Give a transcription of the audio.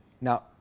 Now